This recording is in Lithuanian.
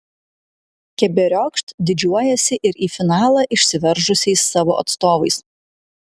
keberiokšt didžiuojasi ir į finalą išsiveržusiais savo atstovais